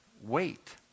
wait